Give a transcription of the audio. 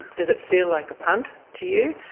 does it feel like a punt to you?